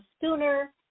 sooner